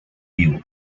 vivo